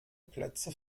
plätze